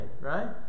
right